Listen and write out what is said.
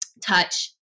touch